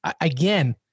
again